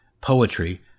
poetry